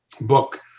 book